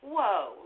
Whoa